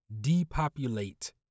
Depopulate